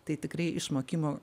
tai tikrai išmokimo